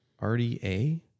RDA